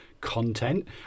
content